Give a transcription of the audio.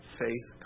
faith